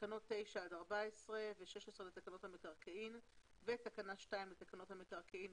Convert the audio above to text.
תקנות 9 עד 14 ו-16 לתקנות המקרקעין ותקנה 2 לתקנות המקרקעין),